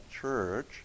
church